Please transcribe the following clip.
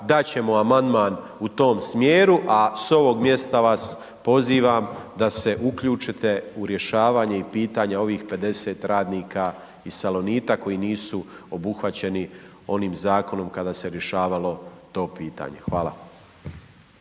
ćemo amandman u tom smjeru, a s ovog mjesta vas pozivam da se uključite u rješavanje i pitanja ovih 50 radnika iz Salonita koji nisu obuhvaćeni onim zakonom kada se rješavalo to pitanje. Hvala.